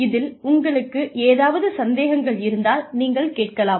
இதில் உங்களுக்கு ஏதாவது சந்தேகங்கள் இருந்தால் நீங்கள் கேட்கலாம்